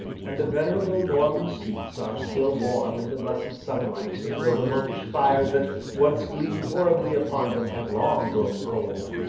and the venerable norman streets are still warm in the blessed sunlight though the monkish fires that once gleamed horribly upon them have long grown cold,